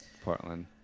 Portland